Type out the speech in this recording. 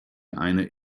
eine